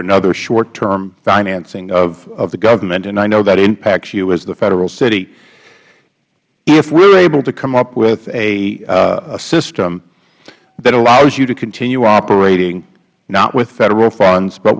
another shortterm financing of the government and i know that impacts you as the federal city if we're able to come up with a system that allows you to continue operating not with federal funds but